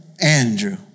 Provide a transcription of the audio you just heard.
Andrew